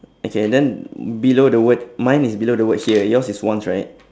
okay then below the word mine is below the word here yours is once right